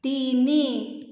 ତିନି